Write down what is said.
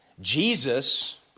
Jesus